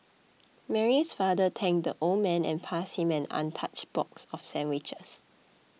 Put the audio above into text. Mary's father thanked the old man and passed him an untouched box of sandwiches